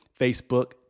Facebook